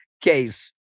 case